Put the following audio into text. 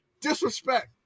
Disrespect